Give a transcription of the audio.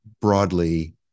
broadly